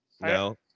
No